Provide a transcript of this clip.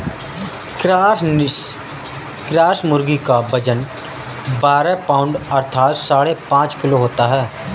Cornish cross मुर्गी का वजन बारह पाउण्ड अर्थात साढ़े पाँच किलो होता है